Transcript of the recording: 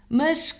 mas